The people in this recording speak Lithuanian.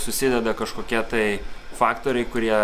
susideda kažkokie tai faktoriai kurie